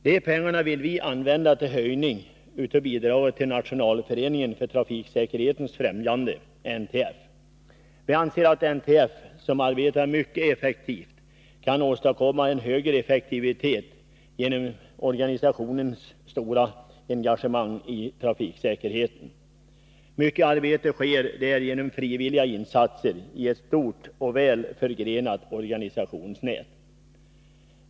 Dessa pengar vill vi använda för höjning av bidraget till Nationalföreningen för trafiksäkerhetens främjande, NTF. Vi anser att NTF, som arbetar mycket effektivt, kan åstadkomma högre effektivitet genom organisationens stora engagemang när det gäller trafiksäkerhet. Mycket arbete utförs genom frivilliga insatser, och det finns ett stort och väl förgrenat organisationsnät.